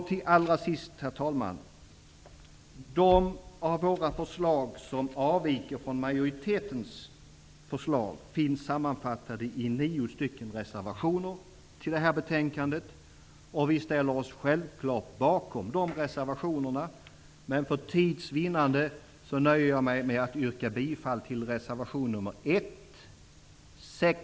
Till sist, herr talman, vill jag säga att de av våra förslag som avviker från majoritetens förslag finns sammanfattade i nio stycken reservationer till detta betänkande. Vi ställer oss självklart bakom de reservationerna, men för tids vinnande nöjer jag mig med att yrka bifall till reservationerna nr 1, 6,